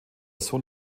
sohn